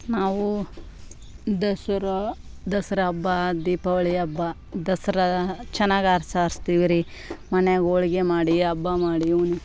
ನಾವು ದಸರಾ ದಸರಾ ಹಬ್ಬ ದೀಪಾವಳಿ ಹಬ್ಬ ದಸರಾ ಚೆನ್ನಾಗಿ ಆರ್ಸಿ ಆರ್ಸ್ತೀವಿ ರೀ ಮನೆಯಾಗೆ ಹೋಳ್ಗೆ ಮಾಡಿ ಹಬ್ಬ ಮಾಡಿ ಉನ